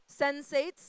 Sensates